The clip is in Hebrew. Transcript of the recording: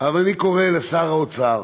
אבל אני קורא לשר האוצר